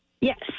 Yes